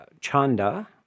chanda